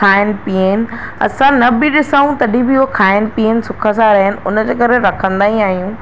खाइणु पीअणु असां न बि ॾिसूं तॾहिं बि उहो खाइण पीअण सुख सां रहनि उनजे करे रखंदा ई आहियूं